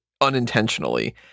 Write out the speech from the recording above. unintentionally